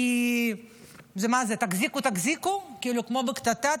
כי מה זה, "תחזיקו, תחזיקו", כאילו כמו בקטטה?